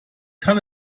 kann